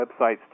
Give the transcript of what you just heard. websites